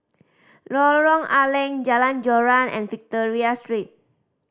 Lorong A Leng Jalan Joran and Victoria Street